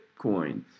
Bitcoin